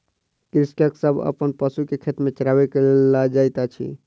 कृषक सभ अपन पशु के खेत में चरबै के लेल लअ जाइत अछि